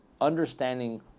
understanding